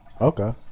Okay